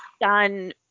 done